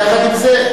יחד עם זה,